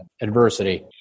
adversity